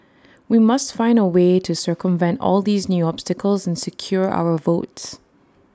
we must find A way to circumvent all these new obstacles and secure our votes